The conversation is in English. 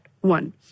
One